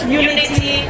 unity